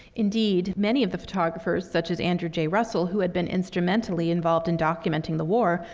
indeed, many of the photographers, such as andrew j. russell, who had been instrumentally involved in documenting the war,